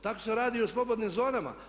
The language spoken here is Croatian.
Tako se radi i o slobodnim zonama.